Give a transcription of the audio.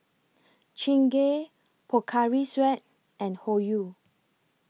Chingay Pocari Sweat and Hoyu